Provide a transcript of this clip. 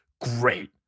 great